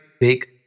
big